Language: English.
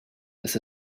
this